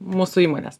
mūsų įmonės